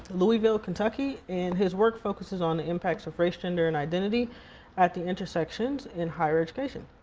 louisville kentucky. and his work focuses on the impacts of race, gender and identity at the intersections in higher education.